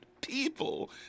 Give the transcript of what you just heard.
people